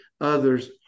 others